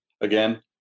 again